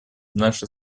наших